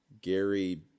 Gary